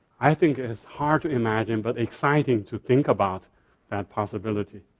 i think it's hard to imagine but exciting to think about that possibility.